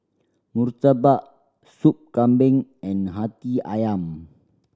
murtabak Sup Kambing and Hati Ayam